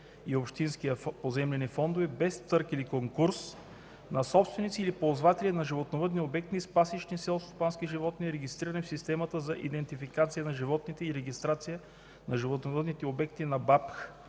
и общинския поземлени фондове без търг или конкурс, на собственици или ползватели на животновъдни обекти с пасищни селскостопански животни, регистрирани в системата за идентификация на животните и регистрация на животновъдните обекти на БАК,